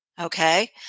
Okay